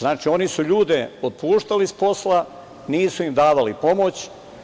Znači, oni su ljude otpuštali s posla, nisu im davali pomoć.